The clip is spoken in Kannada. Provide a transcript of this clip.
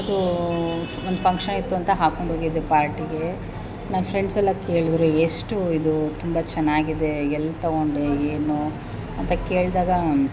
ಅದೂ ಒಂದು ಫಂಕ್ಷನ್ ಇತ್ತು ಅಂತ ಹಾಕ್ಕೊಂಡು ಹೋಗಿದ್ದೆ ಪಾರ್ಟಿಗೆ ನನ್ನ ಫ್ರೆಂಡ್ಸೆಲ್ಲ ಕೇಳಿದರು ಎಷ್ಟು ಇದು ತುಂಬ ಚೆನ್ನಾಗಿದೆ ಎಲ್ಲಿ ತಗೊಂಡೇ ಏನೂ ಅಂತ ಕೇಳಿದಾಗಾ